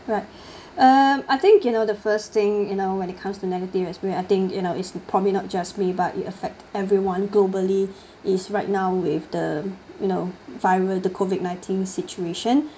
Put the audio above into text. right uh I think you know the first thing you know when it comes to negative experience I think you know isn't probably just me but it affect everyone globally is right now with the you know viral the COVID nineteen situation